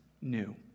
new